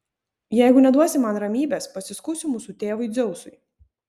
jeigu neduosi man ramybės pasiskųsiu mūsų tėvui dzeusui